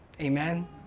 Amen